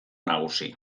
nagusi